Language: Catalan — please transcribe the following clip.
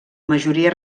majoria